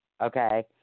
Okay